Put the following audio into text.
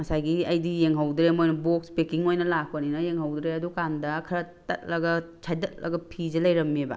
ꯉꯁꯥꯏꯒꯤ ꯑꯩꯗꯤ ꯌꯦꯡꯍꯧꯗ꯭ꯔꯦ ꯃꯣꯏꯅ ꯕꯣꯛꯁ ꯄꯦꯛꯀꯤꯡ ꯑꯣꯏꯅ ꯂꯥꯛꯄꯅꯤꯅ ꯌꯦꯡꯍꯧꯗ꯭ꯔꯦ ꯑꯗꯨꯀꯥꯟꯗ ꯈꯔ ꯇꯠꯂꯒ ꯁꯥꯏꯗꯥꯠꯂꯒ ꯐꯤꯁꯦ ꯂꯩꯔꯝꯃꯦꯕ